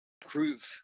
prove